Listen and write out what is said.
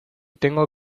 tengo